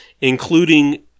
including